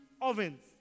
ovens